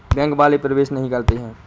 Bank वाले प्रवेश नहीं करते हैं?